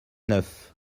neuf